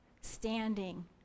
standing